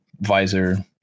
visor